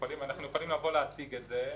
אנחנו יכולים לבוא ולהציג את זה.